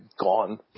gone